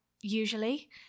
usually